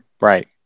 right